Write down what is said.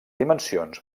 dimensions